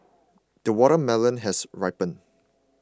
the watermelon has ripened